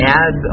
add